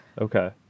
okay